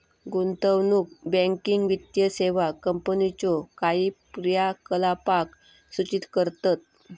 गुंतवणूक बँकिंग वित्तीय सेवा कंपनीच्यो काही क्रियाकलापांक सूचित करतत